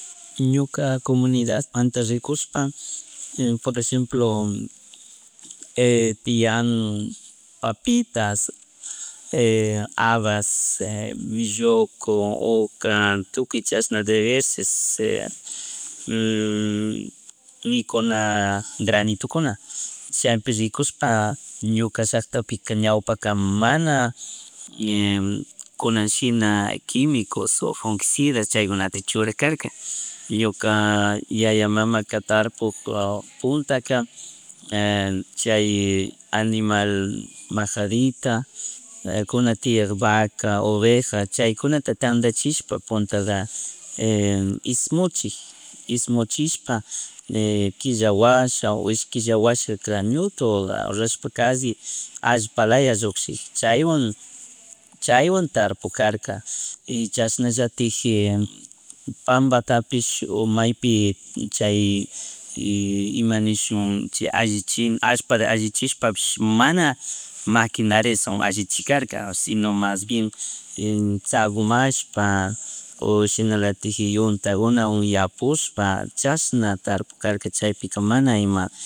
Ñuka comunidad manta rikushpa por ejemplo tiyan papitas, habas, melloco, oca tukuy chashna mikuna granitukuna chaypi rikushpa ñuka llacktapika ñawpaka mana kunanshina quimikush o fungisidas chaykunata churajarka, ñuka yaya mamaka tarpug puntaka chay animal majadita, kuna tiyak vaca, oveja, chaykunata tandachishpa puntaka ishmuchik ishmuchikpa killa wasa ishki killa washa ñutu rashpaka kashi allpalaya llushik chaywan, chaywan tarpujarka y chashnallatik y pambatapish o maypi chay imanishun chay allichin allpata allichishpish mana, maquinariaswan allichikarka, sino mas bien tzagmashpa o shinalatik yutaguna yapushpa chashna tarpugkarka chaypika mana ima